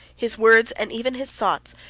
his words, and even his thoughts,